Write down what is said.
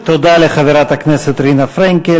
תודה לחברת הכנסת רינה פרנקל.